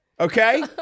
Okay